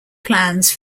plans